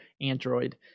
Android